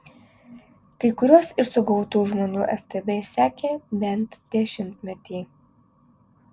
kai kuriuos iš sugautų žmonių ftb sekė bent dešimtmetį